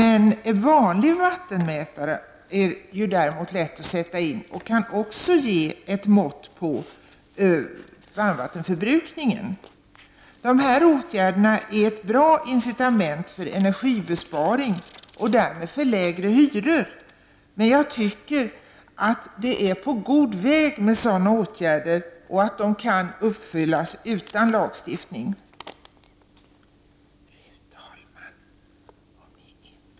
En vanlig vattenmätare är det däremot lätt att sätta in, och den kan också ge ett mått på varmvattenförbrukningen. Dessa åtgärder är ett bra incitament för energibesparing och därmed lägre hyror. Jag tycker att vi är på god väg med dessa åtgärder, och det kan vidtas utan lagstiftning.